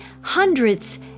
hundreds